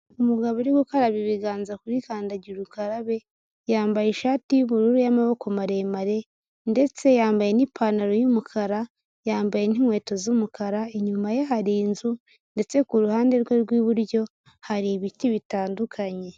Umugabo uri gukaraba ibiganza kuri kandagira ukarabe yambaye ishati y'ubururu y'amaboko maremare ndetse yambaye n'ipantaro y'umukara yambaye n'inkweto z'umukara, inyuma ye hari inzu ndetse ku ruhande rwe rw'iburyo hari ibiti bitandukanye.